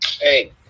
Hey